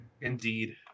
Indeed